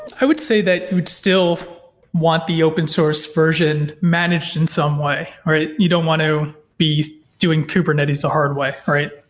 i would say that you would still want the open-source version managed in some way, or you don't want to be doing kubernetes the hard way, right?